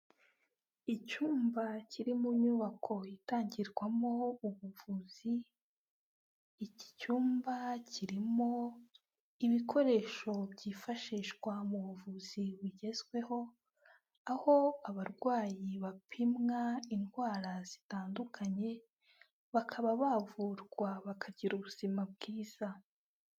Icyumba kiri mu nyubako itangirwamo ubuvuzi, iki cyumba kirimo ibikoresho byifashishwa mu buvuzi bugezweho, aho abarwayi bapimwa indwara zitandukanye bakaba bavurwa bakagira ubuzima bwiza.